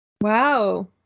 Wow